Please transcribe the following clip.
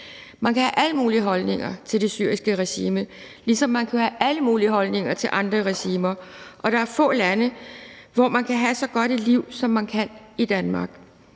Man kan have alle mulige holdninger til det syriske regime, ligesom man kan have alle mulige holdninger til andre regimer. Og der er få lande, hvor man kan have så godt et liv, som man kan i Danmark.